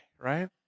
right